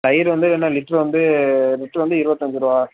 தயிர் வந்து என்ன லிட்ரு வந்து லிட்ரு வந்து இருவத்தஞ்சு ரூபா